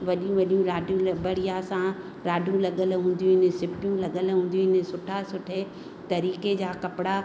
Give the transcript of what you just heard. वॾियूं वॾियूं ॾाढियूं बढ़िया सां ॾाढियूं लॻियलु हूंदियूं सिपियूं लॻियलु हूंदियूं आहिनि सुठा सुठे तरीक़े जा कपिड़ा